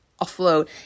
Afloat